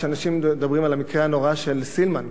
כשאנשים מדברים על המקרה הנורא של סילמן,